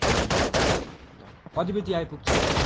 अँ ल ल ल कति बजी आइपुग्छौ